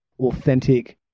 authentic